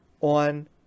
on